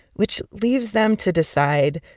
which leaves them to decide,